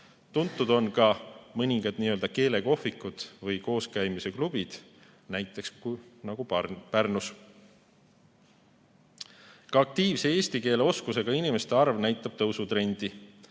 Tuntud on ka mõningad nii-öelda keelekohvikud või kooskäimise klubid, näiteks Pärnus. Ka aktiivse eesti keele oskusega inimeste arv näitab tõusutrendi.